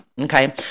okay